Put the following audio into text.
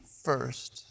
first